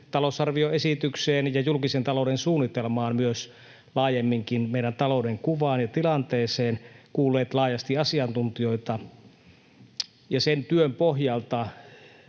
talousarvioesitykseen ja julkisen talouden suunnitelmaan, niin myös laajemminkin meidän talouden, kuvaan ja tilanteeseen, kuulleet laajasti asiantuntijoita. Ja sen työn pohjalta,